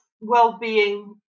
well-being